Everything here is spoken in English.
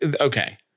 okay